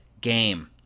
game